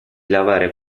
lavare